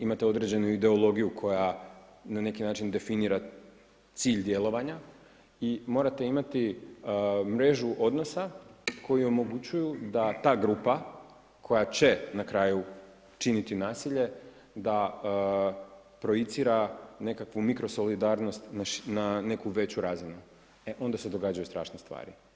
Imate određenu ideologiju koja na neki način definira cilj djelovanja i morate imati mrežu odnosa koji omogućuju da ta grupa koja će na kraju činiti nasilje da projicira nekakvu mikro solidarnost na neku veću razinu, e onda se događaju strašne stvari.